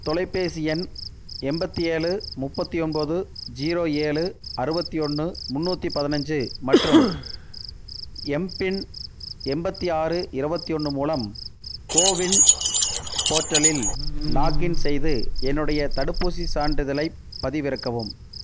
தொலைபேசி எண் எண்பத்தி ஏழு முப்பத்து ஒம்பது ஜீரோ ஏழு அறுபத்தி ஒன்று முன்னூற்றி பதினஞ்சு மற்றும் எம்பின் எண்பத்தி ஆறு இருபத்தியொன்னு மூலம் கோவின் போர்ட்டலில் லாகின் செய்து என்னுடைய தடுப்பூசிச் சான்றிதழைப் பதிவிறக்கவும்